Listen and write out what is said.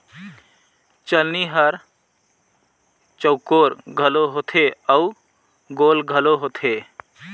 चलनी हर चउकोर घलो होथे अउ गोल घलो होथे